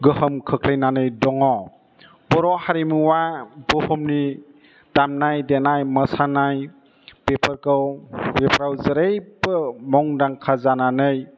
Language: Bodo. गोहोम खोख्लैनानै दङ बर' हारिमुवा बुहुमनि दामनाय देनाय मोसानाय बेफोरखौ बेफ्राव जेरैबो मुंदांखा जानानै